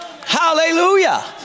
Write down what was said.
hallelujah